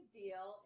deal